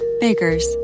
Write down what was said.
Baker's